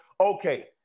Okay